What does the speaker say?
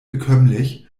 bekömmlich